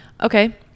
Okay